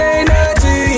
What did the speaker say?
energy